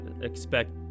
expect